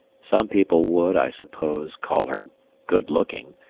some people would, i suppose, call her good-looking,